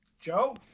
Joe